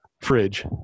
fridge